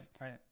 right